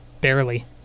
barely